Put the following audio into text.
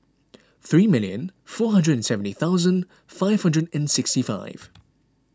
three million four hundred and seventy thousand five hundred and sixty five